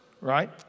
right